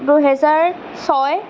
দুহেজাৰ ছয়